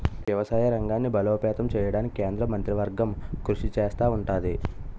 వ్యవసాయ రంగాన్ని బలోపేతం చేయడానికి కేంద్ర మంత్రివర్గం కృషి చేస్తా ఉంటది